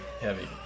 heavy